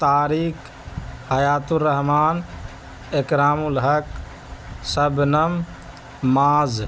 Tariq Hayat Ur Rahman Ikram Ul Haq Shabnam Muaz